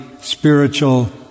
spiritual